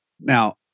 Now